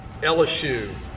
LSU